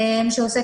שעוסק,